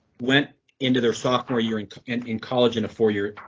went into their sophomore year in and in college in a four year